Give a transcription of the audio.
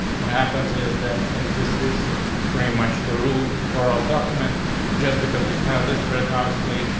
what happens is that since this is bring much the root of oral document just because we started this red, obviously,